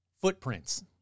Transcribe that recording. footprints